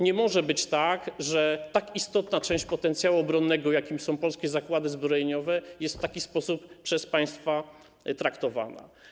Nie może być tak, że tak istotna część potencjału obronnego, jaką są polskie zakłady zbrojeniowe, jest w taki sposób przez państwa traktowana.